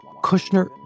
Kushner